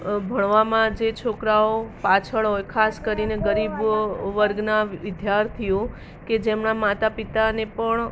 ભણવામાં જે છોકરાઓ પાછળ હોય ખાસ કરીને ગરીબ વર્ગના વિદ્યાર્થીઓ કે જેમના માતાપિતાને પણ